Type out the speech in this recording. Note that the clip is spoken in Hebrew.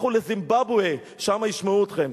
לכו לזימבבואה, שם ישמעו אתכם.